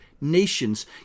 nations